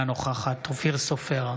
אינה נוכחת אופיר סופר,